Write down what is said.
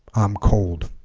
i'm cold